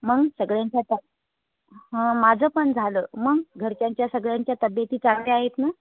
मग सगळ्यांच्या त हं माझं पण झालं मग घरच्यांच्या सगळ्यांच्या तब्येती चांगल्या आहेत ना